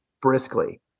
briskly